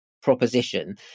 proposition